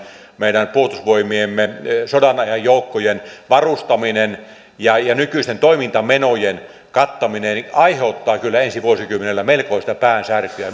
meidän puolustusvoimiemme so danajan joukkojen varustaminen ja ja nykyisten toimintamenojen kattaminen aiheuttaa kyllä ensi vuosikymmenellä melkoista päänsärkyä